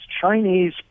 Chinese